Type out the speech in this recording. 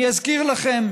אני אזכיר לכם,